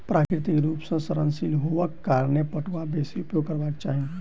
प्राकृतिक रूप सॅ सड़नशील हुअक कारणें पटुआ बेसी उपयोग करबाक चाही